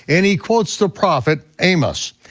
and he quotes the prophet amos.